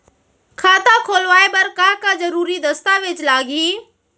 खाता खोलवाय बर का का जरूरी दस्तावेज लागही?